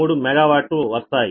33 MW వస్తాయి